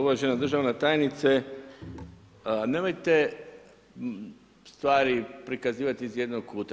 Uvažena državna tajnice nemojte stvari prikazivati iz jednog kuta.